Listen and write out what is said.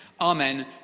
Amen